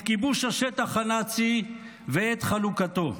את כיבוש השטח הנאצי ואת חלוקתו.